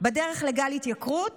"בדרך לגל התייקרות?